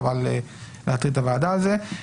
חבל להטריד את הוועדה על זה.